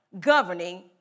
governing